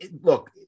Look